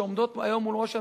שעומדות היום מול ראש הממשלה,